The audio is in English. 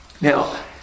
Now